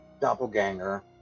doppelganger